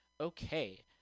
okay